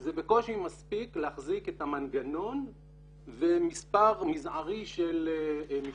זה בקושי מספיק להחזיק את המנגנון ומספר מזערי של משלחות.